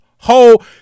Whole